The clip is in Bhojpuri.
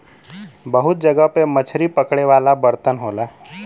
बहुत जगह पे मछरी पकड़े वाला बर्तन होला